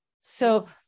So-